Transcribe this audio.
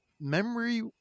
Memory